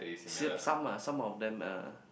same some ah some of them are